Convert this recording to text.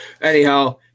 Anyhow